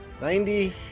Ninety